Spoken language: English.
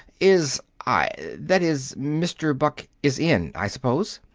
is i that is mr. buck is in, i suppose?